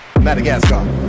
Madagascar